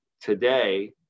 today